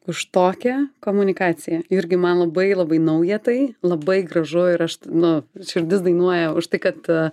už tokią komunikaciją irgi man labai labai nauja tai labai gražu ir aš nu širdis dainuoja už tai kad